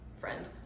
friend